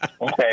Okay